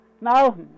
now